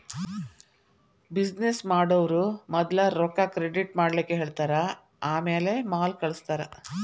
business ಮಾಡೊವ್ರು ಮದ್ಲ ರೊಕ್ಕಾ ಕ್ರೆಡಿಟ್ ಮಾಡ್ಲಿಕ್ಕೆಹೆಳ್ತಾರ ಆಮ್ಯಾಲೆ ಮಾಲ್ ಕಳ್ಸ್ತಾರ